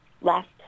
last